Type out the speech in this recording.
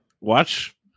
Watch